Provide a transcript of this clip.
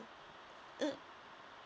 mm